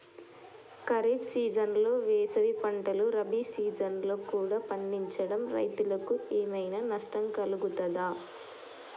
ఖరీఫ్ సీజన్లో వేసిన పంటలు రబీ సీజన్లో కూడా పండించడం రైతులకు ఏమైనా నష్టం కలుగుతదా?